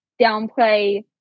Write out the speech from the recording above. downplay